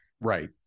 Right